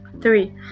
three